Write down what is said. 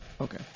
Okay